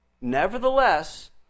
Nevertheless